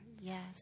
Yes